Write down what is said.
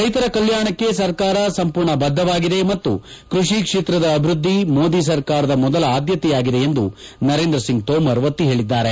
ರೈತರ ಕಲ್ಹಾಣಕ್ಕೆ ಸರ್ಕಾರ ಸಂಪೂರ್ಣ ಬದ್ಧವಾಗಿದೆ ಮತ್ತು ಕೃಷಿ ಕ್ಷೇತ್ರದ ಅಭಿವೃದ್ಧಿ ಮೋದಿ ಸರ್ಕಾರದ ಮೊದಲ ಆದ್ದತೆಯಾಗಿದೆ ಎಂದು ನರೇಂದ್ರಸಿಂಗ್ ತೋಮರ್ ಒತ್ತಿ ಹೇಳಿದ್ದಾರೆ